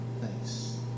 Thanks